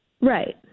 Right